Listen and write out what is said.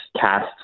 cast